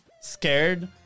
scared